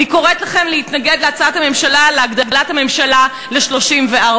אני קוראת לכם להתנגד להצעת הממשלה להגדלת הממשלה ל-34.